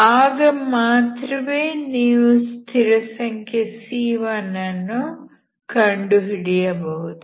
ಆಗ ಮಾತ್ರವೇ ನೀವು ಸ್ಥಿರಸಂಖ್ಯೆ c1 ಅನ್ನು ಕಂಡುಹಿಡಿಯಬಹುದು